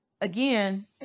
again